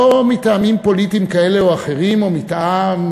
לא מטעמים פוליטיים כאלה או אחרים או מטעמים